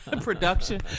Production